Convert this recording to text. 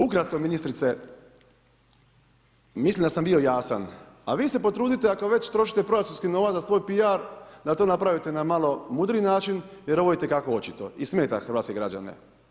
Ukratko ministrice, mislim da sam bio jasan, a vi se potrudite, ako već trošite proračunski novac za svoj P.R. da to napravite na malo mudriji način jer ovo je itekako očito i smeta hrvatske građane.